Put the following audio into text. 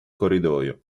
corridoio